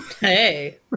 Hey